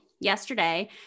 Yesterday